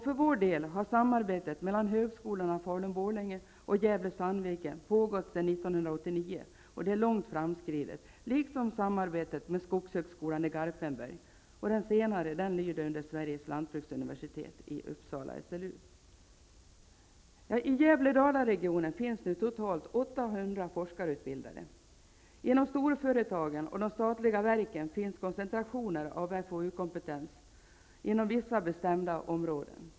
För vår del har samarbetet mellan högskolorna 1989 och är långt framskridet, liksom samarbetet med skogshögskolan i Garpenberg. Den senare lyder under Sveriges Lantbruksuniversitet i forskarutbildade. Inom storföretagen och de statliga verken finns koncentrationer av FoU kompetens inom vissa bestämda områden.